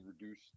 reduce